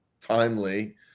timely